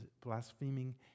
blaspheming